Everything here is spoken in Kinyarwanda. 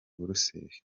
buruseri